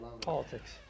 Politics